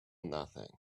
nothing